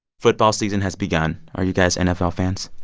football season has begun. are you guys nfl fans?